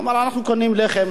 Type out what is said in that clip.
הוא אומר: אנחנו קונים לחם,